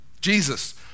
Jesus